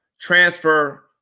transfer